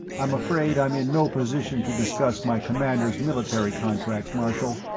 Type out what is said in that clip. i'm afraid i'm in no position to discuss my commander's military contracts, marshal.